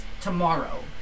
tomorrow